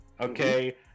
Okay